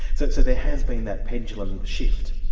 so so there has been that pendulum shift.